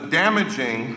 damaging